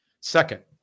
Second